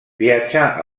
viatjà